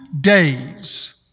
days